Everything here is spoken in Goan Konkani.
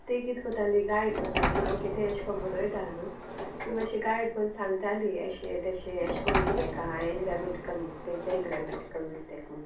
ती कित कोत्ताली गायड कोताली हांव कितें एशें कोन्न बरोयता न्हू तीं मात्शी गायड कोन्न सांगतालीं एशें तेशें एशें कोन्न मिस्टेक आहा हें ग्रॅमेटिकल मिस्टेक तें ग्रॅमेटिकल मिस्टेक म्हूण